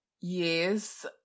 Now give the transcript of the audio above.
Yes